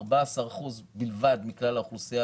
14% בלבד מכלל האוכלוסייה